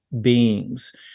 beings